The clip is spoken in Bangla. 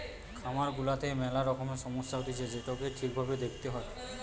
খামার গুলাতে মেলা রকমের সমস্যা হতিছে যেটোকে ঠিক ভাবে দেখতে হয়